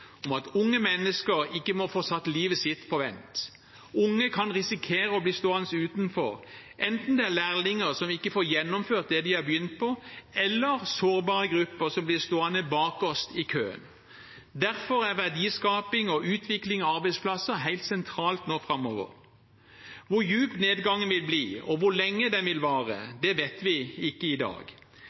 om at unge mennesker ikke må få satt livet sitt på vent. Unge kan risikere å bli stående utenfor, enten det er lærlinger som ikke får gjennomført det de har begynt på, eller sårbare grupper som blir stående bakerst i køen. Derfor er verdiskaping og utvikling av arbeidsplasser helt sentralt nå framover. Hvor dyp nedgangen vil bli, og hvor lenge den vil vare, vet vi ikke i dag.